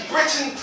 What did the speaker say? Britain